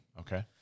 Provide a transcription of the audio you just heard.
Okay